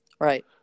Right